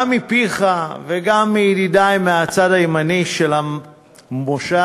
גם מפיך וגם מידידי מהצד הימני של המושב.